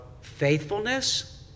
faithfulness